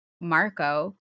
Marco